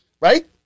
Right